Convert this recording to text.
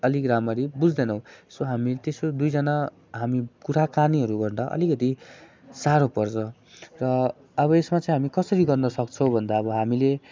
अलिक राम्ररी बुझ्दैनौँ सो हामी त्यसो दुईजना हामी कुराकानीहरू गर्दा अलिकति सारो पर्छ र अब यसमा चाहिँ हामी कसरी गर्न सक्छौँ भन्दा अब हामीले